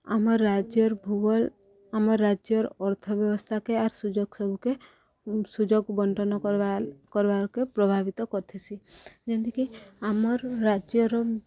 ଆମ ରାଜ୍ୟର ଭୂଗୋଳ ଆମ ରାଜ୍ୟର ଅର୍ଥବସ୍ଥାକେ ଆର୍ ସୁଯୋଗ ସବୁକେ ସୁଯୋଗ ବଣ୍ଟନ କର କର୍ବାକେ ପ୍ରଭାବିତ କରିଥିସି ଯେମିତିକି ଆମର୍ ରାଜ୍ୟର